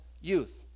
youth